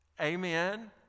amen